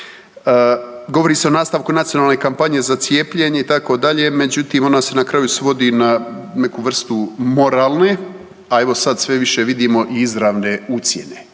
Govori se o nastavku nacionalne kampanje za cijepljenje itd., međutim ona se na kraju svodi na neku vrstu moralne, a evo sad više vidimo i izravne ucjene